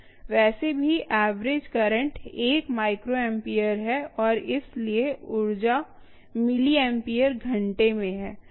वैसे भी average current एक माइक्रोएम्पियर है और इसलिए ऊर्जा मिलीएम्पियर घंटे में है